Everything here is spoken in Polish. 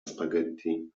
spaghetti